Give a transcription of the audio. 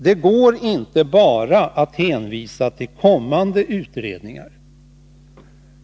Det går inte att bara hänvisa till kommande utredningar.